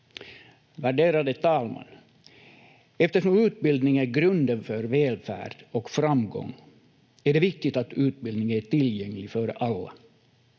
Värderade talman! Eftersom utbildning är grunden för välfärd och framgång är det viktigt att utbildningen är tillgänglig för alla.